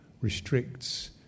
restricts